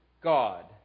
God